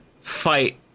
fight